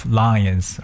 lions